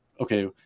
okay